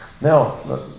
Now